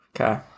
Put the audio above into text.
Okay